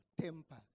temper